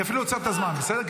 אני אפילו עוצר את הזמן, בסדר?